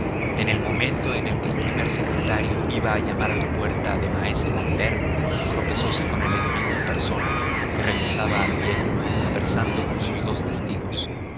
en el momento en que el primer secretario iba a llamar a la puerta de maese l'ambert tropezose con el enemigo en persona que regresaba a pie conversando con sus dos testigos